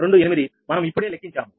28 మనం ఇప్పుడే లెక్కించాము